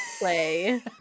play